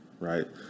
right